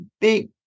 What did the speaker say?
big